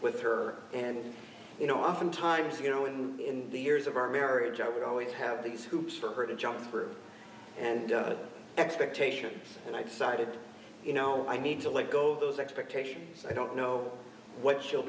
with her and you know oftentimes you know in the years of our marriage i would always have these hoops for her to jump through and expectations and i decided you know i need to let go those expectations i don't know what she'll